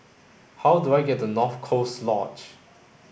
how do I get to North Coast Lodge